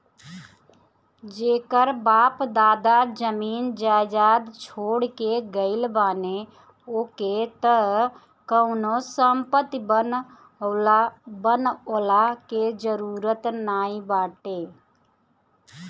जेकर बाप दादा जमीन जायदाद छोड़ के गईल बाने ओके त कवनो संपत्ति बनवला के जरुरत नाइ बाटे